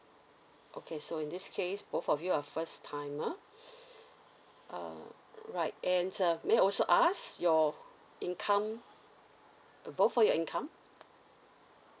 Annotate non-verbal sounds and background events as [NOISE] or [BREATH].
okay so in this case both of you are first timer [BREATH] uh right and uh may also ask your income uh both of your income